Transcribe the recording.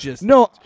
No